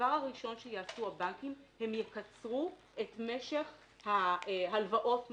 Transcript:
הדבר הראשון שיעשו הבנקים הם יקצרו את משך הלוואות המשכנתא.